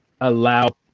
allow